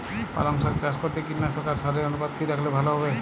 পালং শাক চাষ করতে কীটনাশক আর সারের অনুপাত কি রাখলে ভালো হবে?